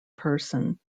person